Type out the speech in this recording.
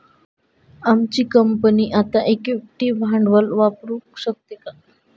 आमची कंपनी आता इक्विटी भांडवल वापरू शकते का?